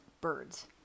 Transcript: birds